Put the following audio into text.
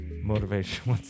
motivation